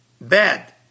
bad